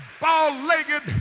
ball-legged